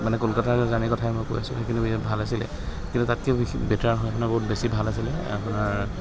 মানে কলকাতাৰ জাৰ্ণীৰ কথাই মই কৈ আছোঁ সেইখিনি ভাল আছিলে কিন্তু তাতকৈ বেছি বেটাৰ হয় আপোনাৰ বহুত বছি ভাল আছিলে আপোনাৰ